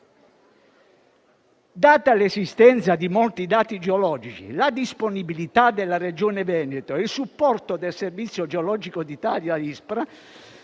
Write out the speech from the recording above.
Data l'esistenza di molti dati geologici, la disponibilità della Regione Veneto e il supporto del servizio geologico d'Italia ISPRA